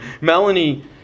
Melanie